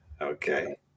Okay